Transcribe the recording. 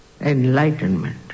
enlightenment